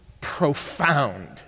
profound